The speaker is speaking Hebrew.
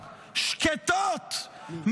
שקטות,